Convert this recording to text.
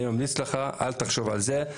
אני ממליץ לך לא לחשוב על זה.